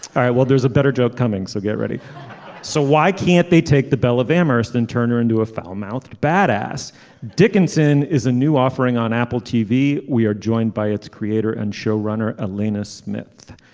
all right well there's a better joke coming so get ready so why can't they take the bell of amorous and turn her into a foul mouthed bad ass dickinson is a new offering on apple tv. we are joined by its creator and show runner ah lena smith.